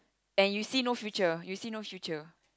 and you see not future you see no future